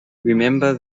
remember